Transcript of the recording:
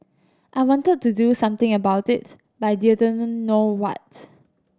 I wanted to do something about it but I didn't know what